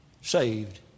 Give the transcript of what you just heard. Saved